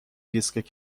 دیسک